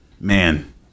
man